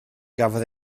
gafodd